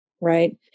right